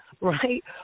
right